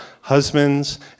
husbands